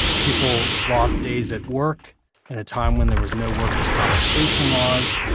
people lost days at work at a time when there was no workers' compensation laws.